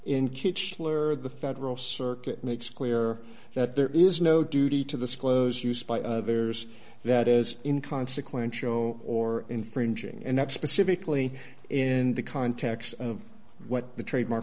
of the federal circuit makes clear that there is no duty to this close used by others that is in consequential or infringing and that specifically in the context of what the trademark